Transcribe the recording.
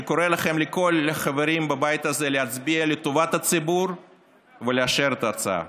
אני קורא לכל החברים בבית הזה להצביע לטובת הציבור ולאשר את ההצעה.